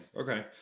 Okay